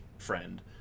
friend